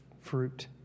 fruit